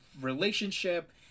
relationship